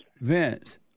Vince